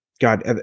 god